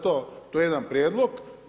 To je jedan prijedlog.